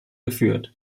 geführt